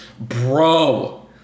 bro